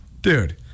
Dude